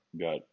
got